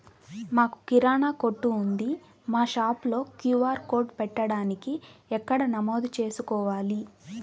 మాకు కిరాణా కొట్టు ఉంది మా షాప్లో క్యూ.ఆర్ కోడ్ పెట్టడానికి ఎక్కడ నమోదు చేసుకోవాలీ?